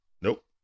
nope